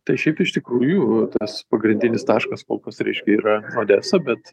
tai šiaip iš tikrųjų tas pagrindinis taškas kol kas reiškia yra odesa bet